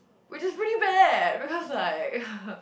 which is really bad because like